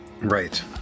Right